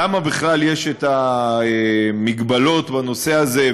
למה בכלל יש מגבלות בנושא הזה,